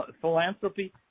philanthropy